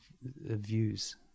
views